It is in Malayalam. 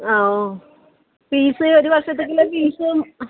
ആ ഓ ഫീസ് ഒരു വർഷത്തേക്ക് ഉള്ള ഫീസ് ആ